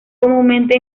comúnmente